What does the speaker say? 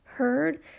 heard